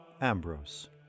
Ambrose